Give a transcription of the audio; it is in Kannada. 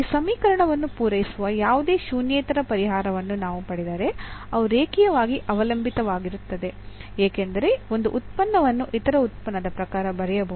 ಈ ಸಮೀಕರಣವನ್ನು ಪೂರೈಸುವ ಯಾವುದೇ ಶೂನ್ಯೇತರ ಪರಿಹಾರವನ್ನು ನಾವು ಪಡೆದರೆ ಅವು ರೇಖೀಯವಾಗಿ ಅವಲಂಬಿತವಾಗಿರುತ್ತದೆ ಏಕೆಂದರೆ ಒಂದು ಉತ್ಪನ್ನವನ್ನು ಇತರ ಉತ್ಪನ್ನದ ಪ್ರಕಾರ ಬರೆಯಬಹುದು